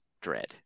dread